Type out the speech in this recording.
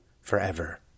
forever